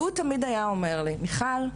והוא תמיד היה אומר לי: מיכל,